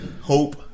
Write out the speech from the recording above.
Hope